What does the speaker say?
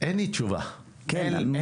אין לי תשובה, אין לי.